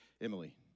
Emily